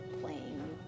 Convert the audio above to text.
playing